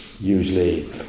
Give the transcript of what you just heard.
Usually